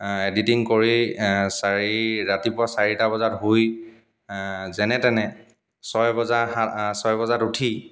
editing কৰি চাৰি ৰাতিপুৱা চাৰিটা বজাত শুই যেনে তেনে ছয় বজা সা ছয় বজাত উঠি